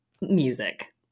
music